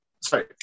sorry